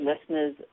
listeners